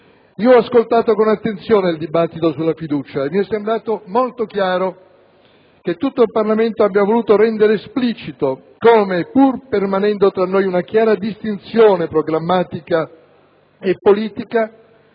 Ho ascoltato con attenzione il dibattito sulla fiducia e mi è sembrato molto chiaro che tutto il Parlamento abbia voluto rendere esplicito come, pur permanendo tra noi una chiara distinzione programmatica e politica,